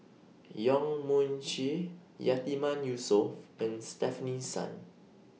Yong Mun Chee Yatiman Yusof and Stefanie Sun